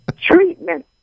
Treatment